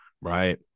Right